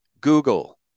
Google